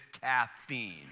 caffeine